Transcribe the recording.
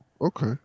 okay